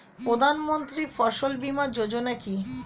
প্রধানমন্ত্রী ফসল বীমা যোজনা কি?